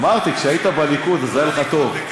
אמרתי, כשהיית בליכוד, וזה היה לך טוב.